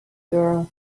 girl